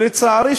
לצערי,